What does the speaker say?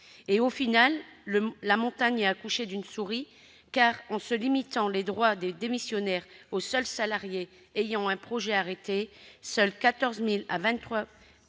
Au final, la montagne a accouché d'une souris. En limitant les droits des démissionnaires aux seuls salariés ayant un projet arrêté, seuls 14 000 à 23